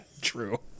True